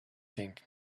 think